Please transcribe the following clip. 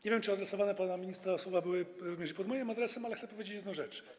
Nie wiem, czy słowa pana ministra skierowane były również pod moim adresem, ale chcę dopowiedzieć jedną rzecz.